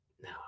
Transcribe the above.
No